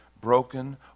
broken